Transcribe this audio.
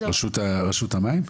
רשות המים?